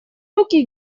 руки